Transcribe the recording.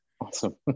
awesome